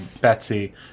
Betsy